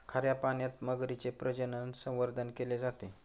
खाऱ्या पाण्यात मगरीचे प्रजनन, संवर्धन केले जाते